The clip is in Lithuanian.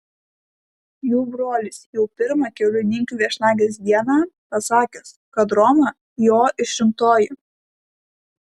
jų brolis jau pirmą keliauninkių viešnagės dieną pasakęs kad roma jo išrinktoji